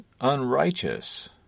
unrighteous